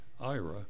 IRA